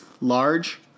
large